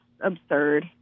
absurd